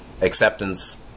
acceptance